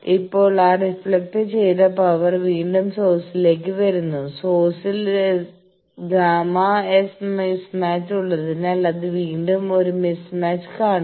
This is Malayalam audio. ഇപ്പോൾ ആ റിഫ്ലക്ട് ചെയ്ത പവർ വീണ്ടും സോഴ്സിലേക്ക് വരുന്നു സോഴ്സിൽ ΓS മിസ്മാച്ച് ഉള്ളതിനാൽ അത് വീണ്ടും ഒരു മിസ്മാച്ച് കാണും